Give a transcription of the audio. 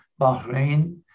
Bahrain